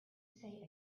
say